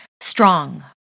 strong